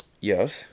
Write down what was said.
yes